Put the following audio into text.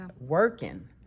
working